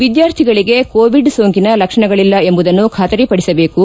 ವಿದ್ಯಾರ್ಥಿಗಳಿಗೆ ಕೋವಿಡ್ ಸೋಂಕಿನ ಲಕ್ಷಣಗಳಿಲ್ಲ ಎಂಬುದನ್ನು ಬಾತರಿಪಡಿಸಬೇಕು